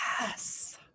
Yes